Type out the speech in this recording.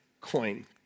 coin